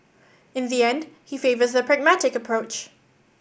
in the end he favours the pragmatic approach